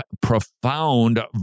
profound